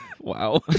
Wow